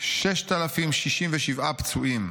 6,067 פצועים.